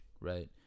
right